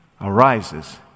arises